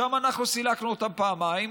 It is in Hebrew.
לשם אנחנו סילקנו אותם פעמיים.